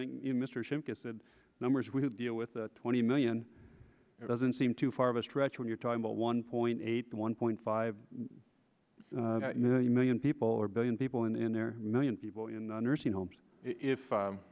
the numbers we deal with twenty million doesn't seem too far of a stretch when you're talking about one point eight one point five million people or billion people and their million people in nursing homes if